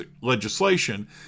legislation